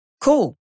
Cool